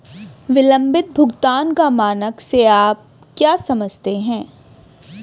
विलंबित भुगतान का मानक से आप क्या समझते हैं?